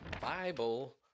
Bible